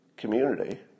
community